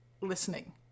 listening